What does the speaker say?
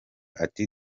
ati